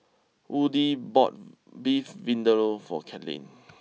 Woody bought Beef Vindaloo for Carlyn